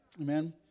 Amen